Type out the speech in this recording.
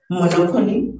monopoly